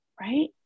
right